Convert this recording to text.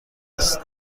است